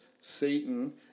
Satan